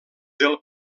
del